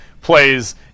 plays